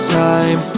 time